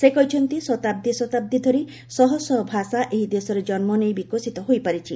ସେ କହିଛନ୍ତି ଶତାବ୍ଦୀ ଶତାବ୍ଦୀ ଧରି ଶହ ଶହ ଭାଷା ଏହି ଦେଶରେ ଜନ୍ମ ନେଇ ବିକଶିତ ହୋଇପାରିଛି